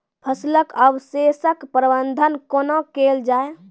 फसलक अवशेषक प्रबंधन कूना केल जाये?